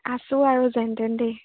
আছোঁ আৰু যেন তেন দেই